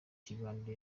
kiganiro